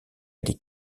des